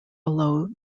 below